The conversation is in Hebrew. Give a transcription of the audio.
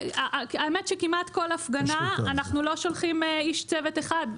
האמת שכמעט כל הפגנה אנחנו לא שולחים איש צוות אחד.